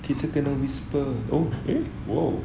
kita kena whisper oh eh oh